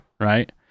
right